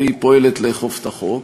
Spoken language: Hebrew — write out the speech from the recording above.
והיא פועלת לאכוף את החוק,